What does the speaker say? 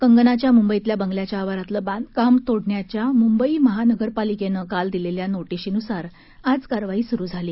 कंगनाच्या मुंबईतल्या बंगल्याच्या आवारातलं बांधकाम तोडण्याच्या मुंबई महानगरपालिकेनं काल दिलेल्या नोटिशीनुसार आज कारवाई सुरु झाली